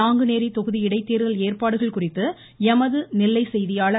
நாங்குநேரி சட்டப்பேரவை இடைத்தேர்தல் ஏற்பாடுகள் குறித்து எமது நெல்லை செய்தியாளர்